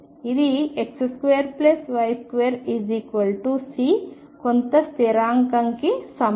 ఇది X2Y2 C కొంత స్థిరాంకం కి సమానం